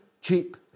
cheap